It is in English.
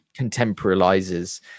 contemporalizes